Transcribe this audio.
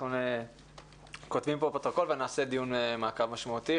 אנחנו כותבים פה פרוטוקול ונעשה דיון מעקב משמעותי.